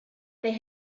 they